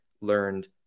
learned